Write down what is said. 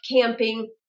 camping